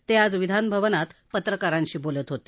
ते आज विधान भवनात पत्रकारांशी बोलत होते